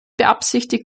beabsichtigt